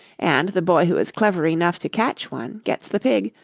and the boy who is clever enough to catch one gets the pig,